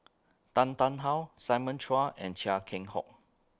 Tan Tarn How Simon Chua and Chia Keng Hock